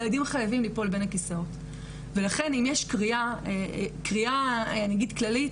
ילדים חייבים ליפול בין הכיסאות ולכן אם יש קריאה כללית,